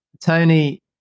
Tony